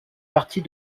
partie